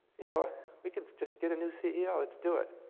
you know we could just get a new ceo. let's do it.